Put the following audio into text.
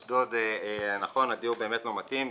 אשדוד, נכון, הדיור באמת לא מתאים.